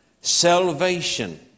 salvation